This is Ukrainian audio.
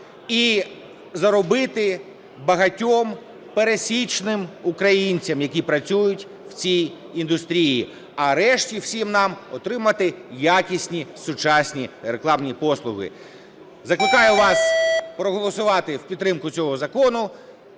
і заробити багатьом пересічним українцям, які працюють в цій індустрії, а решті всім нам отримати якісні сучасні рекламні послуги. Закликаю вас проголосувати в підтримку цього закону.